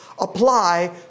apply